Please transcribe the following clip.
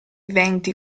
viventi